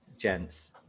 gents